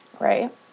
Right